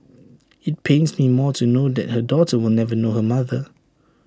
IT pains me more to know that her daughter will never know her mother